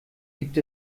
gibt